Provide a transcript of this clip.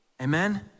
amen